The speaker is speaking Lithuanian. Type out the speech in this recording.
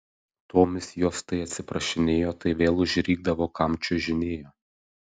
tomis jos tai atsiprašinėjo tai vėl užrikdavo kam čiuožinėjo